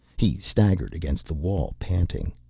he staggered against the wall, panting.